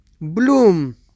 bloom